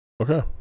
Okay